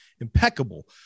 impeccable